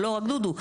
אבל לא רק דודו,